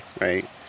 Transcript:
right